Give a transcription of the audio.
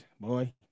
boy